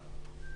מיכל, בבקשה.